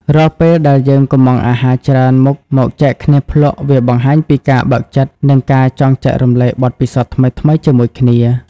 រាល់ពេលដែលយើងកម្ម៉ង់អាហារច្រើនមុខមកចែកគ្នាភ្លក់ វាបង្ហាញពីការបើកចិត្ត និងការចង់ចែករំលែកបទពិសោធន៍ថ្មីៗជាមួយគ្នា។